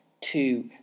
two